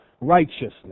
righteousness